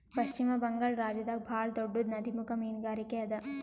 ಪಶ್ಚಿಮ ಬಂಗಾಳ್ ರಾಜ್ಯದಾಗ್ ಭಾಳ್ ದೊಡ್ಡದ್ ನದಿಮುಖ ಮೀನ್ಗಾರಿಕೆ ಅದಾ